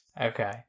Okay